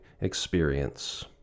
experience